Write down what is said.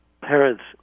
parents